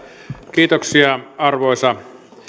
arvoisa